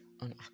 on